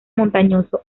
montañoso